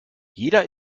jeder